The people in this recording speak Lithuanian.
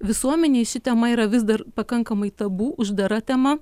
visuomenei ši tema yra vis dar pakankamai tabu uždara tema